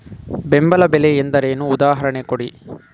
ಬೆಂಬಲ ಬೆಲೆ ಎಂದರೇನು, ಉದಾಹರಣೆ ಕೊಡಿ?